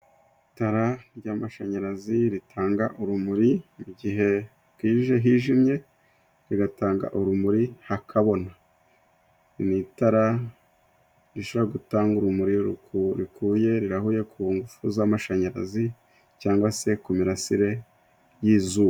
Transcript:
Itara ry'amashanyarazi ritanga urumuri mu gihe bwije hijimye, rigatanga urumuri hakabona ni itara rishobora gutanga urumuri rurikuye rirahuye ku ngufu z'amashanyarazi cyangwa se ku mirasire y'izuba.